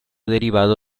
derivado